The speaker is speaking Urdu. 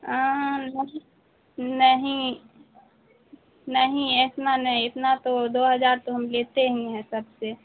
نہیں نہیں نہیں اتنا نہیں اتنا تو دو ہزار تو ہم لیتے ہی ہیں سب سے